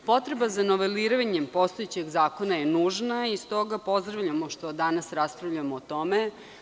Potreba za niveliranjem postojećeg zakona je nužna iz toga pozdravljamo što danas raspravljamo o tome.